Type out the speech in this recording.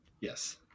Yes